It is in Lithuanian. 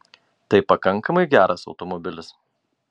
tai pakankamai geras automobilis